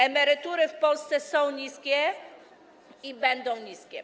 Emerytury w Polsce są niskie i będą niskie.